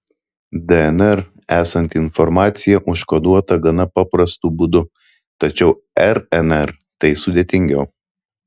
dnr esanti informacija užkoduota gana paprastu būdu tačiau rnr tai sudėtingiau